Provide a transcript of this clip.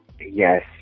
yes